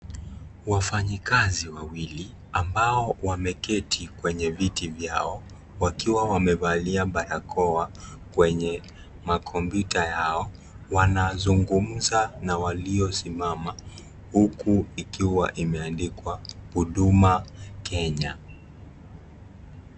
Wafanyikazi wawili ambao wameketi kwenye viti vyao wakiwa wamevalia barakoa kwenye makompyuta yao, wanazungumza na waliosimama huku ikiwa imeandikwa huduma Kenya.